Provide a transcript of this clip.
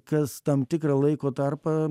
kas tam tikrą laiko tarpą